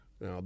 Now